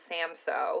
Samso